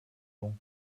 donc